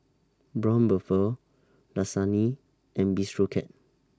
Braun Buffel Dasani and Bistro Cat